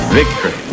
victory